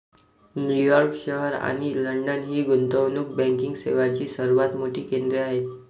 New York शहर आणि London ही गुंतवणूक बँकिंग सेवांची सर्वात मोठी केंद्रे आहेत